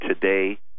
today